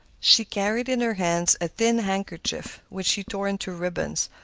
she carried in her hands a thin handkerchief, which she tore into ribbons,